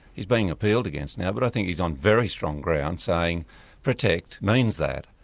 he's being appealed against now, but i think he's on very strong ground saying protect means that.